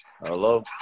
Hello